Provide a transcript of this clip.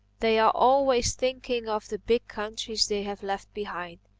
they are always thinking of the big countries they have left behind.